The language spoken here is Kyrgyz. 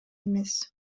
эмес